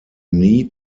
need